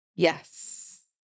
Yes